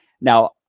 now